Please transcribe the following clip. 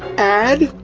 ad.